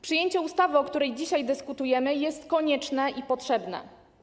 Przyjęcie ustawy, o której dzisiaj dyskutujemy, jest konieczne i potrzebne.